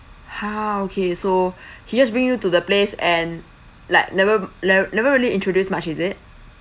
ha okay so he just bring you to the place and like never ne~ never really introduce much is it